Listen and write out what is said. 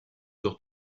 sur